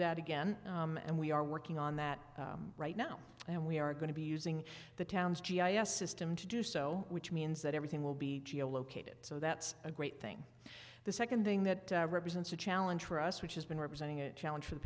that again and we are working on that right now and we are going to be using the town's g i s system to do so which means that everything will be geo located so that's a great thing the second thing that represents a challenge for us which has been representing it challenge for the